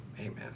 amen